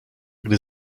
gdy